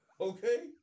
okay